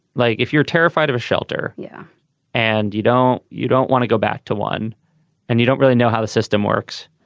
like if you're terrified of a shelter yeah and you don't you don't want to go back to one and you don't really know how the system works.